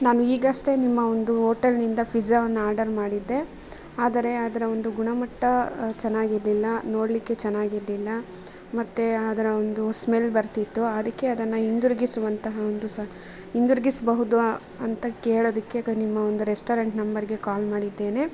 ನಾನು ಈಗಷ್ಟೇ ನಿಮ್ಮ ಒಂದು ಹೋಟಲ್ನಿಂದ ಫಿಝಾವನ್ನು ಆರ್ಡರ್ ಮಾಡಿದ್ದೆ ಆದರೆ ಅದರ ಒಂದು ಗುಣಮಟ್ಟ ಚೆನ್ನಾಗಿರ್ಲಿಲ್ಲ ನೋಡಲಿಕ್ಕೆ ಚೆನ್ನಾಗಿದ್ದಿಲ್ಲ ಮತ್ತು ಅದರ ಒಂದು ಸ್ಮೆಲ್ ಬರ್ತಿತ್ತು ಅದಕ್ಕೆ ಅದನ್ನು ಹಿಂದಿರುಗಿಸುವಂತಹ ಒಂದು ಸಹ ಹಿಂದಿರುಗಿಸ್ಬಹುದಾ ಅಂತ ಕೇಳೋದಿಕ್ಕೆ ಈಗ ನಿಮ್ಮ ಒಂದು ರೆಸ್ಟೋರೆಂಟ್ ನಂಬರ್ಗೆ ಕಾಲ್ ಮಾಡಿದ್ದೇನೆ